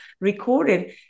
recorded